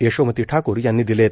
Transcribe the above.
यशोमती ठाकूर यांनी दिलेत